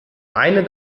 eine